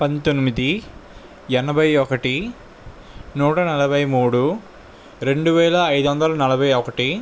పంతొమ్మిది ఎనభై ఒకటి నూట నలభై మూడు రెండు వేల ఐదు వందల నలభై ఒకటి